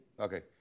Okay